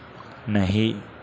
नहीं